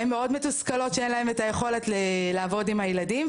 הן מאוד מתוסכלות שאין להם את היכולת לעבוד עם הילדים,